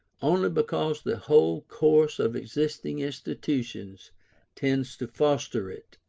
only because the whole course of existing institutions tends to foster it